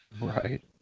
Right